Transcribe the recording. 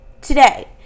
today